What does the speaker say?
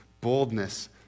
Boldness